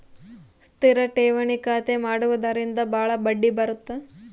ಸ್ಥಿರ ಠೇವಣಿ ಖಾತೆ ಮಾಡುವುದರಿಂದ ಬಾಳ ಬಡ್ಡಿ ಬರುತ್ತ